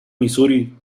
misuri